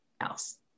else